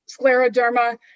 scleroderma